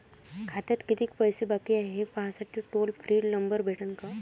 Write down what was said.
खात्यात कितीकं पैसे बाकी हाय, हे पाहासाठी टोल फ्री नंबर भेटन का?